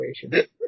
situation